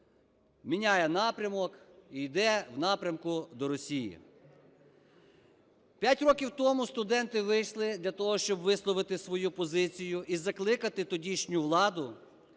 міняє напрямок і іде в напрямку до Росії. П'ять років тому студенти вийшли для того, щоб висловити свою позицію і закликати тодішню владу